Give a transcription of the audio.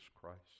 Christ